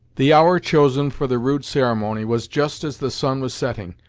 the hour chosen for the rude ceremony was just as the sun was setting,